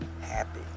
happy